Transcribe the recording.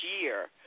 year